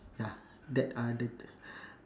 ya that other t~